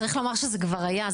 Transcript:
צריך לומר שזה כבר היה,